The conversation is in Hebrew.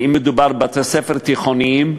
אם מדובר על בתי-ספר תיכוניים,